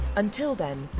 until then,